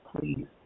please